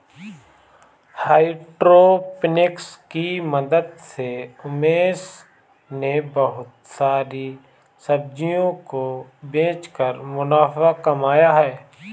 hydroponics की मदद से उमेश ने बहुत सारी सब्जियों को बेचकर मुनाफा कमाया है